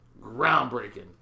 Groundbreaking